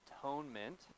atonement